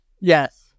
Yes